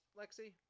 lexi